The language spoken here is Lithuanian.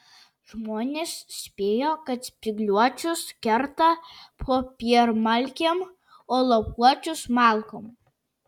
žmonės spėjo kad spygliuočius kerta popiermalkėm o lapuočius malkom